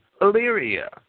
Illyria